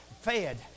fed